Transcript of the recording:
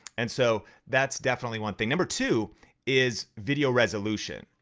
and so that's definitely one thing. number two is video resolution.